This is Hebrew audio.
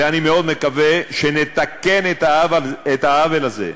ואני מאוד מקווה שנתקן את העוול הזה.